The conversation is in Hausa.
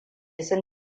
suna